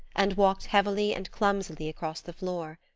and walked heavily and clumsily across the floor.